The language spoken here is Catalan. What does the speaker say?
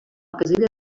casella